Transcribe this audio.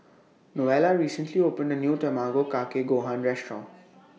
Novella recently opened A New Tamago Kake Gohan Restaurant